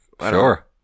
Sure